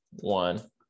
one